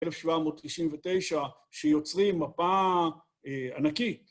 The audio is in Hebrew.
1799, שיוצרים מפה ענקית.